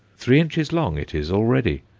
three inches long it is already,